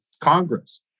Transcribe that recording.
Congress